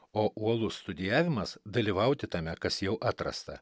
o uolus studijavimas dalyvauti tame kas jau atrasta